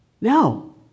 No